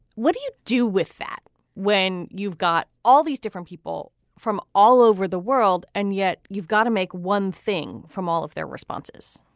what do you do with that when you've got all these different people from all over the world and yet you've got to make one thing from all of their responses?